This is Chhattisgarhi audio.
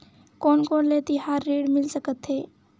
कोन कोन ले तिहार ऋण मिल सकथे?